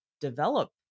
develop